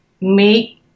make